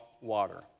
water